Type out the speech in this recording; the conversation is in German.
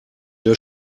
der